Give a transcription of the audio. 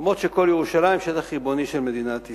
אף שכל ירושלים היא שטח ריבוני של מדינת ישראל.